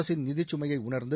அரசின் நிதிச்சுமையை உணர்ந்து